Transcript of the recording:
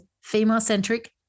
female-centric